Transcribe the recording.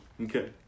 Okay